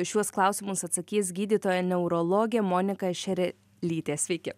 šiuos klausimus atsakys gydytoja neurologė monika šerelytė sveiki